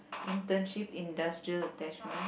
internship industrial attachment